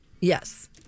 Yes